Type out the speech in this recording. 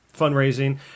fundraising